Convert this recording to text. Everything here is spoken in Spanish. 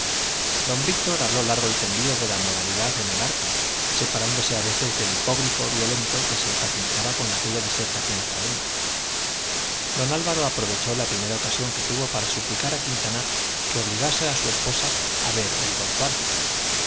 don víctor habló largo y tendido de la moralidad en el arte separándose a veces del hipógrifo violento que se impacientaba